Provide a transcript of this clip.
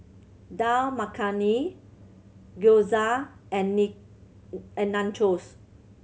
Dal Makhani Gyoza and and Nachos